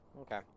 Okay